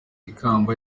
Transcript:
ikamba